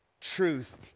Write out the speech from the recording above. truth